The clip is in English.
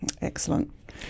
Excellent